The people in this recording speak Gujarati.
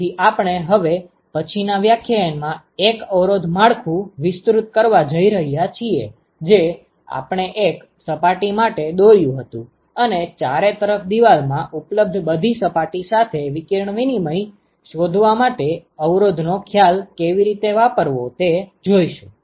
તેથી આપણે હવે પછી ના વ્યાખ્યાન માં એક અવરોધ માળખું વિસ્તૃત કરવા જઈ રહ્યા છીએ જે આપણે એક સપાટી માટે દોર્યું હતું અને ચારે તરફ દીવાલ માં ઉપલબ્ધ બધી સપાટી સાથે વિકિરણ વિનિમય શોધવા માટે અવરોધ નો ખ્યાલ કેવી રીતે વાપરવો તે જોશું